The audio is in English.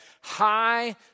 high